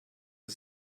sie